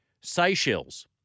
Seychelles